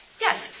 Yes